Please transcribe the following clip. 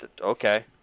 okay